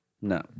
No